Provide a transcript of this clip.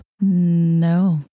No